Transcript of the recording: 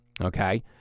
okay